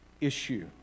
issue